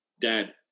Dad